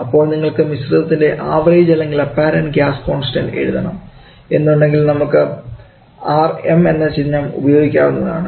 അപ്പോൾ നിങ്ങൾക്ക് മിശ്രിതത്തിന്റെ ആവറേജ് അല്ലെങ്കിൽ അപ്പാരൻറ് ഗ്യാസ് കോൺസ്റ്റൻഡ് എഴുതണം എന്ന് ഉണ്ടെങ്കിൽ നമുക്ക് Rm എന്ന് ചിഹ്നം ഉപയോഗിക്കാവുന്നതാണ്